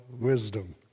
wisdom